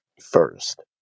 first